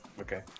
Okay